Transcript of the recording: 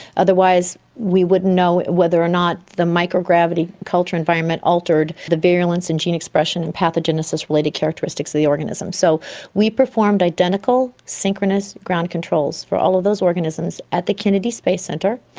otherwise we wouldn't know whether or not the microgravity culture environment altered the virulence and gene expression in pathogenesis related characteristics of the organism. so we performed identical synchronous ground controls for all of those organisms at the kennedy space centre.